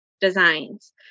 Designs